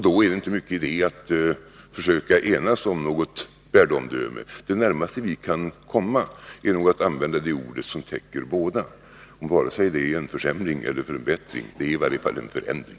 Då är det inte stor idé att försöka enas om något Ändringar i sjuk värdeomdöme. Det närmaste vi kan komma är nog att använda det ord som försäkringen täcker båda — vare sig det är en försämring eller förbättring är det i varje fall en förändring.